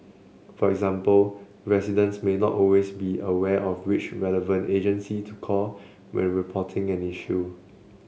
for example residents may not always be aware of which relevant agency to call when reporting an issue